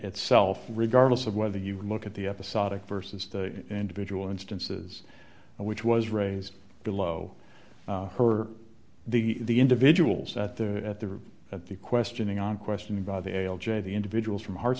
itself regardless of whether you look at the episodic versus the individual instances and which was raised below her the the individuals at the at the at the questioning on questioning by the l j the individuals from